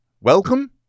welcome